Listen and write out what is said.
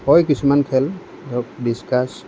হয় কিছুমান খেল ধৰক ডিচকাছ